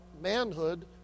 manhood